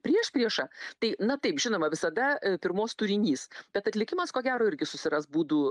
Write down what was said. priešpriešą tai na taip žinoma visada pirmaus turinys bet atlikimas ko gero irgi susiras būdų